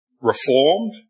reformed